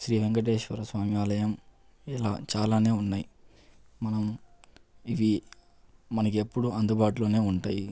శ్రీ వెంకటేశ్వర స్వామి ఆలయం ఇలా చాలానే ఉన్నాయి మనం ఇవి మనకు ఎప్పుడూ అందుబాటులోనే ఉంటాయి